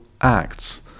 acts